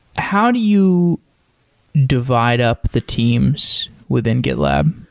how do you divide up the teams within gitlab?